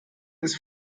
ist